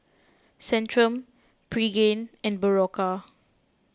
Centrum Pregain and Berocca